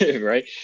right